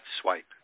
swipe